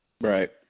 right